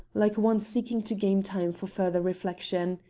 like one seeking to gain time for further reflection.